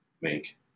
make